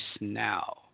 now